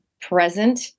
present